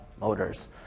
motors